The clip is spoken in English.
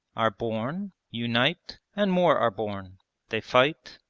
are born, unite, and more are born they fight,